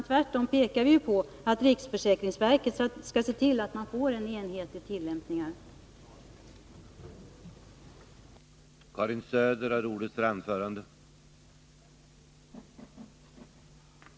Tvärtom pekar vi ju på att riksförsäkringsverket skall se till att man får en enhetlig tillämpning på detta område.